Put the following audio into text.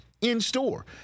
in-store